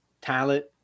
talent